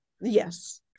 Yes